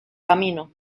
camino